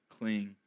cling